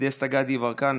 דסטה גדי יברקן,